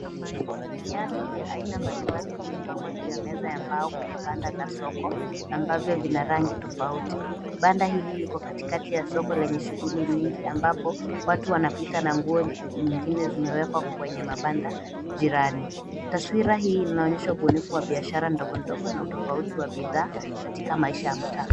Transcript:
Viatu vya aina mbalimbali vimepangwa juu ya meza ya mbao kwenye banda la soko ambavyo vina rangi tofauti. Banda hili liko katikati ya soko lenye shughuli nyingi ambapo watu wanapita na nguo nyingine zimewekwa kwenye mabanda jirani. Taswira hii inaonyesha ubunifu wa biashara ndogo ndogo na utofauti wa bidhaa katika maisha ya mtaa.